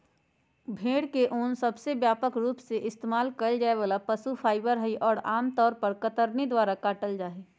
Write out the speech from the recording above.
भेड़ के ऊन सबसे व्यापक रूप से इस्तेमाल कइल जाये वाला पशु फाइबर हई, और आमतौर पर कतरनी द्वारा काटल जाहई